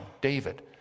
David